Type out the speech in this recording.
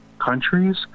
countries